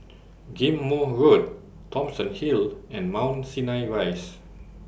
Ghim Moh Road Thomson Hill and Mount Sinai Rise